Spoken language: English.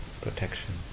protection